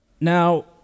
Now